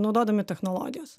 naudodami technologijas